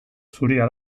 zuria